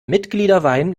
mitgliederwein